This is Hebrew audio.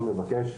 בבקשה,